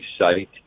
site